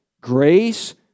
grace